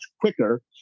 quicker